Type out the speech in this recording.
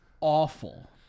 awful